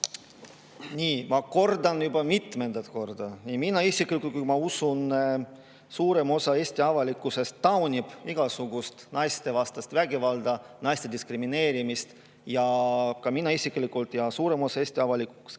Nii! Ma kordan juba mitmendat korda, et nii mina isiklikult kui ka, ma usun, suurem osa Eesti avalikkusest taunib igasugust naistevastast vägivalda, naiste diskrimineerimist. Ja mina isiklikult ning suurem osa Eesti avalikkusest